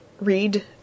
read